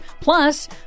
Plus